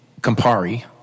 Campari